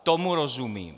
Tomu rozumím.